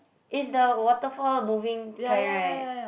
is the waterfall moving kind right